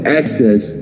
access